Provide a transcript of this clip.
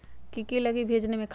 की की लगी भेजने में?